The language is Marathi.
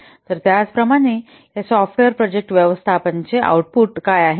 तर त्याचप्रमाणे या सॉफ्टवेअर प्रोजेक्ट व्यवस्थापनाचे आउटपुट काय आहे